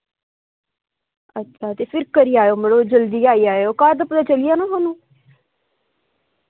ते फिर करी आयो मड़ो जल्दी गै करी आयो घर ते पता चली गेआ ना थुहानू